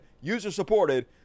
user-supported